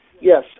Yes